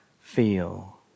feel